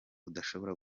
udashobora